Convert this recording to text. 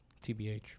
TBH